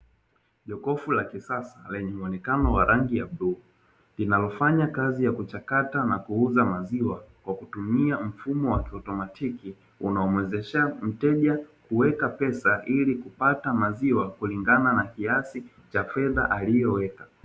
Jokofu la kisasa lenye muonekano wa rangi ya bluu linalofanya kazi ya kuchakata na kuuza maziwa kwa kutumia mfumo wa kiautomatiki unaomwezesha mteja kuweka pesa ili kupata maziwa kulingana na kiasi cha fedha aliyoweka.